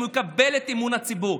הוא מקבל את אמון הציבור,